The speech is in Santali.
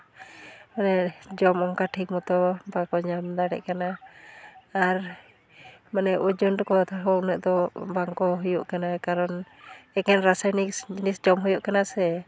ᱟᱨ ᱡᱚᱢ ᱚᱱᱠᱟ ᱴᱷᱤᱠ ᱢᱚᱛᱚ ᱵᱟᱝᱠᱚ ᱧᱟᱢ ᱫᱟᱲᱮᱜ ᱠᱟᱱᱟ ᱟᱨ ᱢᱟᱱᱮ ᱳᱡᱚᱱ ᱨᱮᱠᱚ ᱟᱫᱚ ᱩᱱᱟᱹᱜ ᱫᱚ ᱵᱟᱝᱠᱚ ᱦᱩᱭᱩᱜ ᱠᱟᱱᱟ ᱠᱟᱨᱚᱱ ᱮᱠᱮᱱ ᱨᱟᱥᱟᱭᱱᱤᱠ ᱡᱤᱱᱤᱥ ᱡᱚᱢ ᱦᱩᱭᱩᱜ ᱠᱟᱱᱟ ᱥᱮ